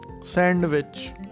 sandwich